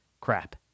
crap